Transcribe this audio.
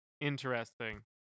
interesting